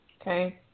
Okay